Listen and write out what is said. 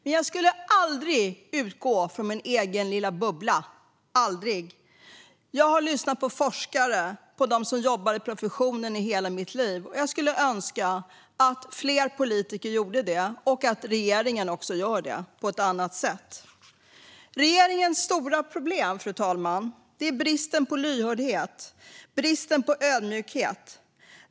Men jag skulle aldrig utgå från min egen lilla bubbla - aldrig! Jag har under hela mitt liv lyssnat på forskare och på dem som jobbar i professionen. Jag skulle önska att fler politiker gjorde det och att också regeringen gör det på ett annat sätt. Regeringens stora problem är bristen på lyhördhet och bristen på ödmjukhet.